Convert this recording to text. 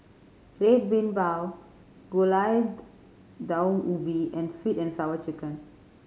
Red Bean Bao Gulai Daun Ubi and Sweet And Sour Chicken